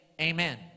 amen